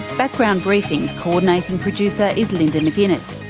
background briefing's co-ordinating producer is linda mcginness,